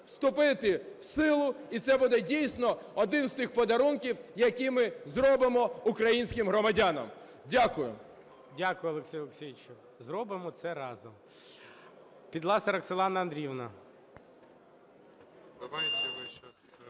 вступити в силу. І це буде, дійсно, один з тих подарунків, який ми зробимо українським громадянам. Дякую. ГОЛОВУЮЧИЙ. Дякую, Олексій Олексійовичу. Зробимо це разом. Підласа Роксолана Андріївна.